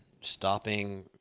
stopping